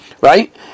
right